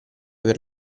per